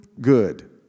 good